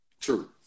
true